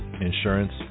insurance